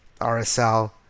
RSL